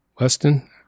Weston